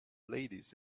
ladies